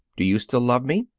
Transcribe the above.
do you still love me?